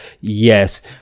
Yes